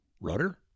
Rudder